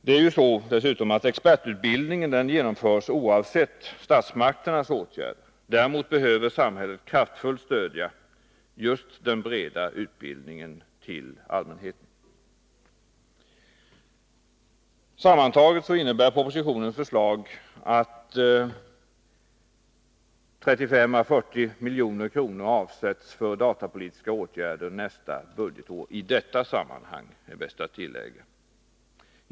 Dessutom är det ju så att expertutbildningen genomförs oavsett statsmakternas åtgärder. Däremot behöver samhället kraftfullt stödja den breda utbildningen riktad till allmänheten. Sammantaget innebär propositionens förslag att 35 å 40 milj.kr. avsätts för datapolitiska åtgärder nästa budgetår — i detta sammanhang, kanske jag bör tillägga.